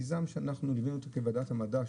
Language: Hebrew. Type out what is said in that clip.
זה מיזם שליווינו אותו בוועדת המדע,